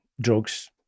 drugs